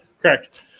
Correct